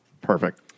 Perfect